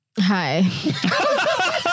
Hi